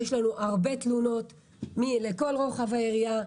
שמגיעות אלינו הרבה תלונות לכל רוחב היריעה.